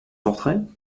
portrait